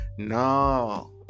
No